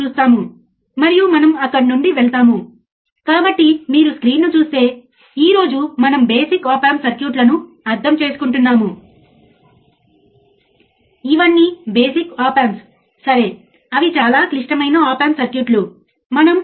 సరే మరియు output voltage 0 చేయడానికి ఇన్పుట్ వద్ద అవసరమైన ఓల్టేజ్ మీ ఆఫ్సెట్ ఓల్టేజ్ అవుతుంది ఇది ఆఫ్సెట్ ఓల్టేజ్